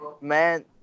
man